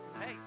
Hey